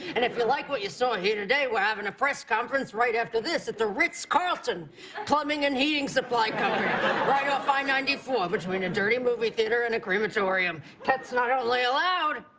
and if you like what you saw here today we're having a press conference right after this at the ritz carlton plumbing and heating supply company right off i ninety four between a dirty movie theater and a crematorium. that's not only allowed,